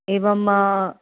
एवम्